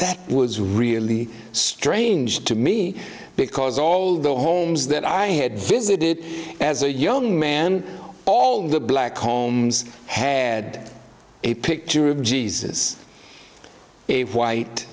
that was really strange to me because all the homes that i had visited as a young man all the black homes had a picture of jesus a white